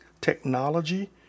technology